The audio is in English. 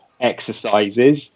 exercises